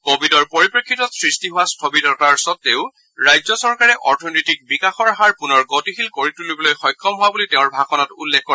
কোভিডৰ পৰিপ্ৰেক্ষিতত সৃষ্টি হোৱা স্থবিৰতাৰ স্বত্তেও ৰাজ্য চৰকাৰে অৰ্থনৈতিক বিকাশৰ হাৰ পুনৰ গতিশীল কৰি তুলিবলৈ সক্ষম হোৱা বুলি তেওঁৰ ভাষণত উল্লেখ কৰে